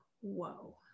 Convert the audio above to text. whoa